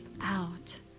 out